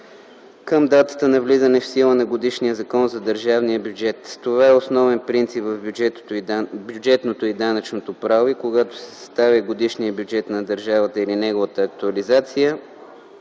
към датата на влизане в сила на годишния закон за държавния бюджет.” Това е основен принцип в бюджетното и данъчното право и когато се съставя годишния бюджет на държавата или неговата актуализация,